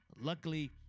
luckily